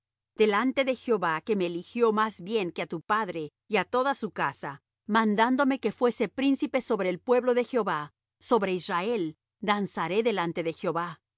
delante de jehová que me eligió más bien que á tu padre y á toda su casa mandándome que fuese príncipe sobre el pueblo de jehová sobre israel danzaré delante de jehová